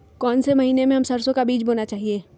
कौन से महीने में हम सरसो का बीज बोना चाहिए?